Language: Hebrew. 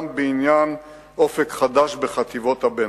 גם בעניין "אופק חדש" בחטיבות הביניים.